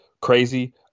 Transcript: crazy